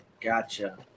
gotcha